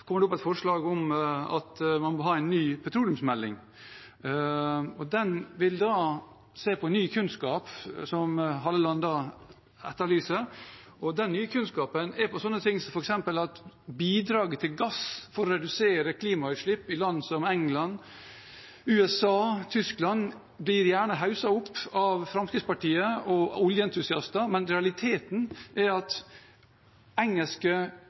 at man må ha en ny petroleumsmelding. Den vil da se på ny kunnskap, som Halleland etterlyser. Den nye kunnskapen gjelder sånt som f.eks. at bidraget til gass for å redusere klimautslipp i land som England, USA, Tyskland gjerne blir hausset opp av Fremskrittspartiet og oljeentusiaster, men realiteten er at engelske